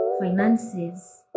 finances